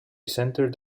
centered